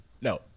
No